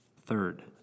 Third